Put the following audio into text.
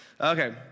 okay